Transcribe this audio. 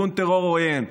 וארגון טרור עוין,